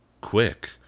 quick